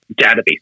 database